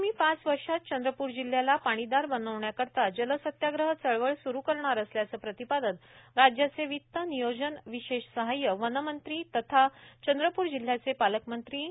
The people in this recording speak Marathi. आगामी पाच वर्षात चंद्रपूर जिल्ह्याला पाणीदार बनवण्याकरिता जलसत्याग्रह चळवळ सुरू करणार असल्याचं प्रतिपादन राज्याचे वित्त नियोजन विशेष सहाय्य वनेमंत्री तथा चंद्रप्र जिल्ह्याचे पालकमंत्री ना